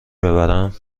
ببرم